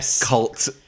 cult